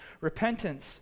repentance